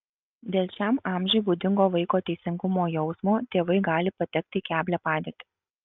dėl šiam amžiui būdingo vaiko teisingumo jausmo tėvai gali patekti į keblią padėtį